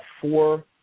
four